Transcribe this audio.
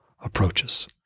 approaches